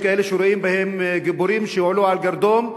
יש כאלה שרואים בהם גיבורים שהועלו לגרדום,